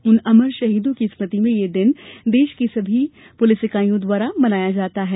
उन अमर शहीदों की स्मृति में यह दिवस देश की समस्त पुलिस इकाईयों द्वारा मनाया जाता है